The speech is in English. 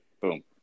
Boom